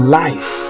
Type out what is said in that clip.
life